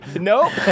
Nope